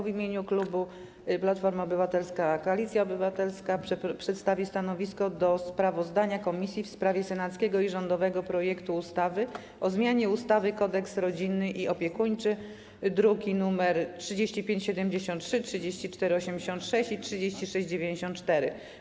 W imieniu klubu Platforma Obywatelska - Koalicja Obywatelska przedstawię stanowisko wobec sprawozdania komisji w sprawie senackiego i rządowego projektów ustaw o zmianie ustawy Kodeks rodzinny i opiekuńczy, druki nr 3573, 3486 i 3694.